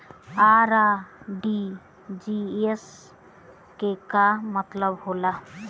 RTGS के का मतलब होला?